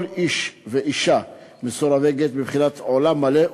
כל איש ואישה מסורבי גט הם בבחינת עולם מלא,